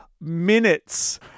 minutes